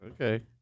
Okay